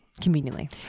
Conveniently